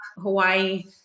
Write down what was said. Hawaii